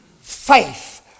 faith